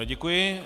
Děkuji.